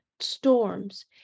storms